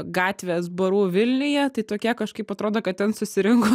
gatvės barų vilniuje tai tokie kažkaip atrodo kad ten susirinko